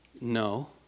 No